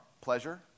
pleasure